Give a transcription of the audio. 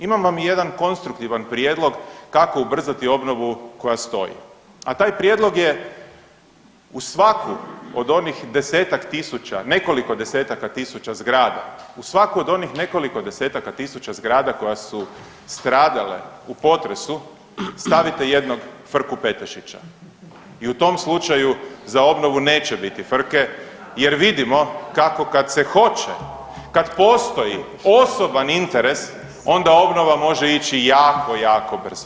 Imam vam jedan konstruktivan prijedlog kako ubrzati obnovu koja stoji, a taj prijedlog je u svaku od onih 10-tak tisuća, nekoliko 10-taka tisuća zgrada, u svaku od onih nekoliko 10-taka tisuća zgrada koja su stradale u potresu stavite jednog Frku-Petešića i u tom slučaju za obnovu neće biti frke jer vidimo kako kad se hoće, kad postoji osoban interes onda obnova može ići jako jako brzo.